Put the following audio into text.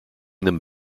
them